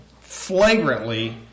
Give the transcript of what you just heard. flagrantly